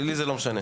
לי זה לא משנה.